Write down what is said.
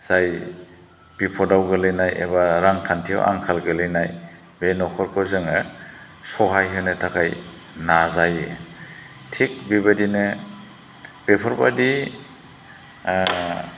जाय बिफदआव गोग्लैनाय एबा रांखान्थिआव आंखाल गोग्लैनाय बे न'खरखौ जोङो सहाय होनो थाखाय नाजायो थिग बेबायदिनो बेफोरबायदि